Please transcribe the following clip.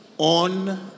On